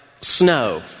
snow